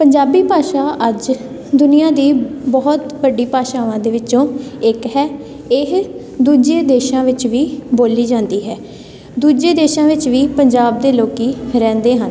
ਪੰਜਾਬੀ ਭਾਸ਼ਾ ਅੱਜ ਦੁਨੀਆਂ ਦੀ ਬਹੁਤ ਵੱਡੀ ਭਾਸ਼ਾਵਾਂ ਦੇ ਵਿੱਚੋਂ ਇੱਕ ਹੈ ਇਹ ਦੂਜੇ ਦੇਸ਼ਾਂ ਵਿੱਚ ਵੀ ਬੋਲੀ ਜਾਂਦੀ ਹੈ ਦੂਜੇ ਦੇਸ਼ਾਂ ਵਿੱਚ ਵੀ ਪੰਜਾਬ ਦੇ ਲੋਕ ਰਹਿੰਦੇ ਹਨ